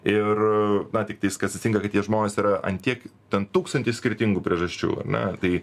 ir na tiktais kas atsitinka kad tie žmonės yra ant tiek ten tūkstantis skirtingų priežasčių ar ne tai